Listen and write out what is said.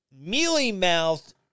mealy-mouthed